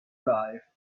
life